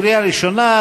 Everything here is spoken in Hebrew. קריאה ראשונה,